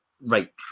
Right